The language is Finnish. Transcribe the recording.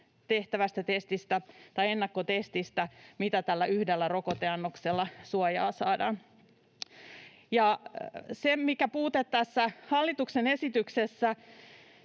tehtävästä testistä tai ennakkotestistä, siitä, mitä suojaa tällä yhdellä rokoteannoksella saadaan. Se puute, mikä tässä hallituksen esityksessä